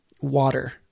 water